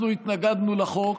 אנחנו התנגדנו לחוק